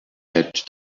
had